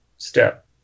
step